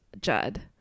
Judd